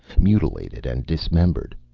mutilated and dismembered,